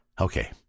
Okay